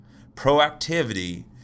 Proactivity